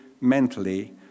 mentally